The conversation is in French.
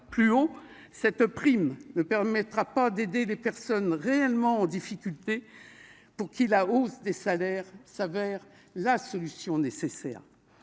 plus hauts, cette prime ne permettra pas d'aider les personnes réellement en difficulté, pour qui la hausse des salaires se révèle la solution nécessaire.